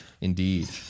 Indeed